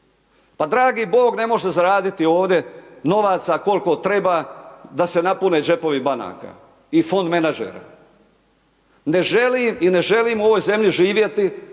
Pa dragi bog ne može zaraditi ovdje novaca koliko treba da se napune džepovi banaka i fond menadžera. Na želim i ne želim u ovoj zemlji živjeti